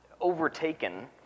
overtaken